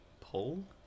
pull